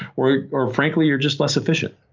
or or frankly you're just less efficient